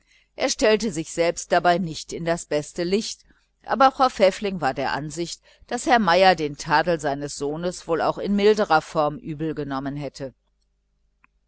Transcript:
er stellte sich selbst dabei nicht in das beste licht aber frau pfäffling war der ansicht daß herr meier die kritik seines sohnes wohl auch in milderer form übelgenommen hätte